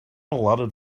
allotted